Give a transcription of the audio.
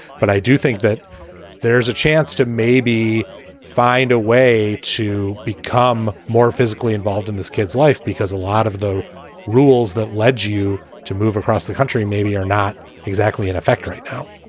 but i do think that there is a chance to maybe find a way to become more physically involved in this kid's life, because a lot of the rules that led you to move across the country maybe are not exactly in effect right now.